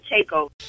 Takeover